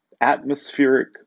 atmospheric